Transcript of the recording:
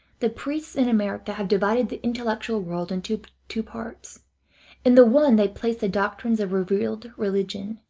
the priests in america have divided the intellectual world into two parts in the one they place the doctrines of revealed religion,